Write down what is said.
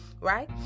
right